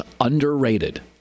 underrated